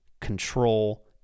control